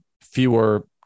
fewer